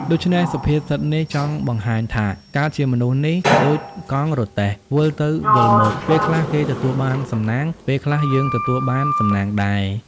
ដូច្នេះសុភាសិតនេះ ចង់បង្ហាញថា “កើតជាមនុស្សនេះ ដូចកង់រទេះ វិលទៅវិលមក ពេលខ្លះគេទទួលបានសំណាង ពេលខ្លះយើងទទួលបានសំណាងដែរ ”។